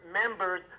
members